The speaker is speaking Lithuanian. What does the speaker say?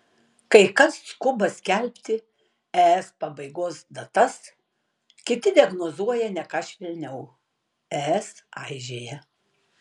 kai kas skuba skelbti es pabaigos datas kiti diagnozuoja ne ką švelniau es aižėja